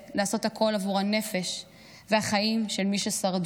לעשות הכול עבור הנפש והחיים של מי ששרדו.